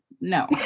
No